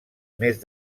més